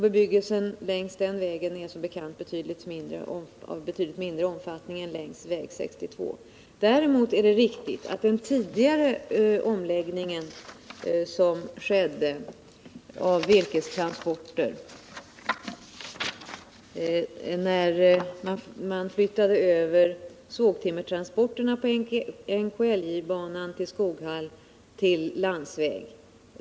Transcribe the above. Bebyggelsen längs väg 63 är som bekant av betydligt mindre omfattning än den längs väg 62. Däremot är det riktigt när det gäller tidigare omläggningar av virkestransporter, då bl.a. sågtimmerstransporterna till Skoghall flyttades över från NKIJ-banan till landsväg.